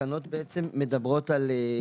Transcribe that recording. התקנות בעצם מדברות על,